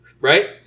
right